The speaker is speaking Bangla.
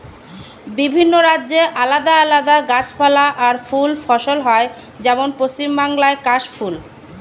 বিভিন্ন রাজ্যে আলাদা আলাদা গাছপালা আর ফুল ফসল হয়, যেমন পশ্চিম বাংলায় কাশ ফুল